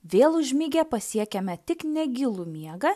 vėl užmigę pasiekiame tik negilų miegą